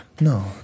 no